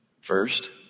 First